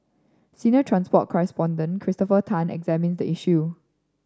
senior transport correspondent Christopher Tan examines the issue